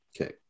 Okay